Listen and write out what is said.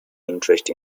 interest